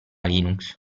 linux